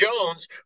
Jones